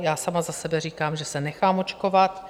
Já sama za sebe říkám, že se nechám očkovat.